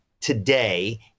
today